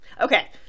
Okay